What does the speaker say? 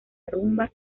rumba